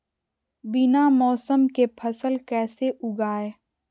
बिना मौसम के फसल कैसे उगाएं?